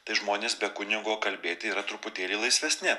tai žmonės be kunigo kalbėti yra truputėlį laisvesni